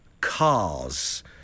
cars